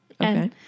Okay